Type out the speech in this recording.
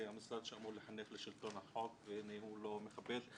זה המשרד שאמור לחנך לשלטון החוק והנה הוא לא מכבד.